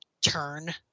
turn